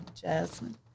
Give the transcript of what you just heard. Jasmine